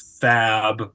fab